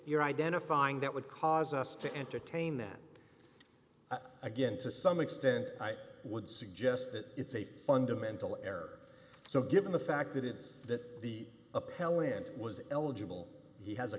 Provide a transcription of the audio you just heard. you're identifying that would cause us to entertain that again to some extent i would suggest that it's a fundamental error so given the fact that it's that the appellant was eligible he has a